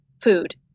food